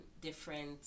different